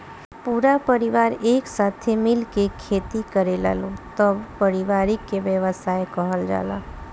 पूरा परिवार एक साथे मिल के खेती करेलालो तब पारिवारिक व्यवसाय कहल जाला